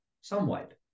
somewhat